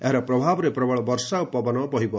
ଏହାର ପ୍ରଭାବରେ ପ୍ରବଳ ବର୍ଷା ଓ ପବନ ବହିବ